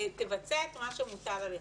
תבצע את מה שמוטל עליך.